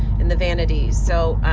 in the vanity. so